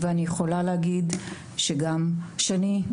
ואני יכולה להגיד שגם שני,